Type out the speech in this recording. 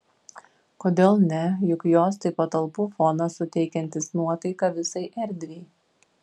kodėl ne juk jos tai patalpų fonas suteikiantis nuotaiką visai erdvei